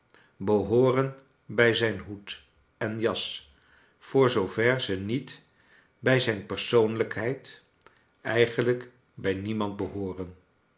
behooren bij zijn hoed en jas voor zoover ze niet bij zijn persoonlijkheid eigenlijk bij niemand behooren